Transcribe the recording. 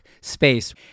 space